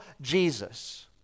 Jesus